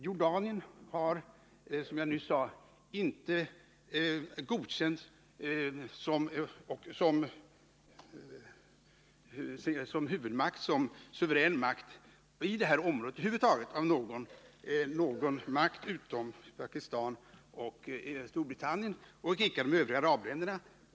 Jordanien har, som jag nyss sade, inte godkänts som huvudmakt, som suverän makt i det här området över huvud taget, av någon stat utom Pakistan och Storbritannien och icke av de övriga arabländerna.